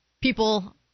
people